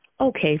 Okay